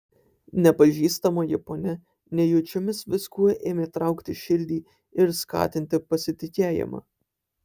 nepažįstamoji ponia nejučiomis viskuo ėmė traukti širdį ir skatinti pasitikėjimą